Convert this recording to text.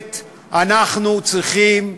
כנסת אנחנו צריכים?